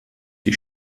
die